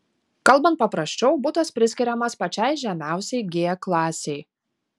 kalbant paprasčiau butas priskiriamas pačiai žemiausiai g klasei